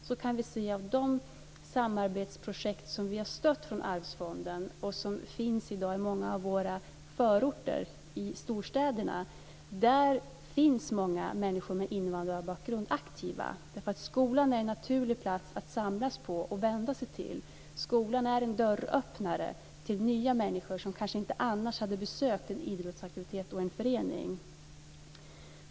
Vi kan se i de samarbetsprojekt som vi har stött genom Arvsfonden och som i dag finns i många förorter i storstäderna att många människor med invandrarbakgrund är aktiva där. Skolan är en naturlig plats att vända sig till och samlas på. Skolan är en dörröppnare för nya människor, som kanske annars inte hade gått till en idrottsaktivitet eller en förening.